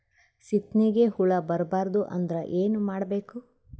ಸೀತ್ನಿಗೆ ಹುಳ ಬರ್ಬಾರ್ದು ಅಂದ್ರ ಏನ್ ಮಾಡಬೇಕು?